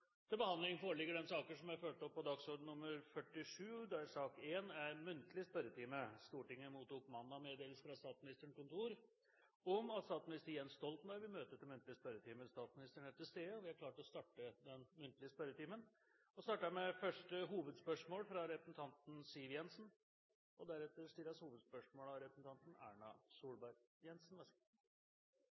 Stortinget mottok mandag meddelelse fra Statsministerens kontor om at statsminister Jens Stoltenberg vil møte til muntlig spørretime. Statsministeren er til stede, og vi er klare til å starte den muntlige spørretimen. Vi starter med første hovedspørsmål, fra representanten Siv Jensen. Nødnummeret 110 er et nummer som vi ringer når alvoret oppstår – akutt sykdom, ulykker – og det er en tjeneste som befolkningen er helt avhengig av